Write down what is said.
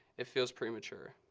it feels premature.